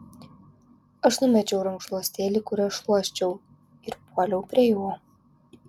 aš numečiau rankšluostėlį kuriuo šluosčiau ir puoliau prie jo